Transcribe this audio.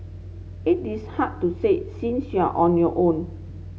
it is hard to say since you're on your own